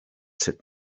sut